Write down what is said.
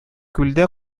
күлдә